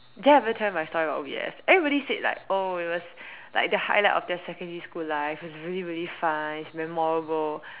did I ever tell you about my story about O_B_S everybody said like oh it was like the highlight of their secondary school life it's really really fun it's memorable